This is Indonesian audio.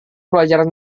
pelajaran